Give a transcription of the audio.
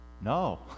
No